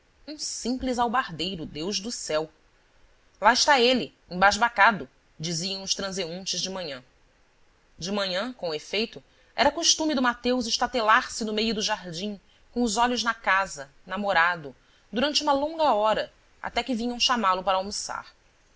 um simples albardeiro deus do céu lá está ele embasbacado diziam os transeuntes de manhã de manhã com efeito era costume do mateus estatelar se no meio do jardim com os olhos na casa namorado durante uma longa hora até que vinham chamá-lo para almoçar